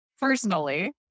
personally